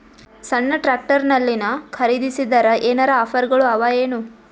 ಸಣ್ಣ ಟ್ರ್ಯಾಕ್ಟರ್ನಲ್ಲಿನ ಖರದಿಸಿದರ ಏನರ ಆಫರ್ ಗಳು ಅವಾಯೇನು?